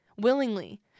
willingly